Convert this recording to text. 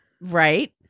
Right